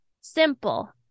Simple